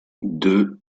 deux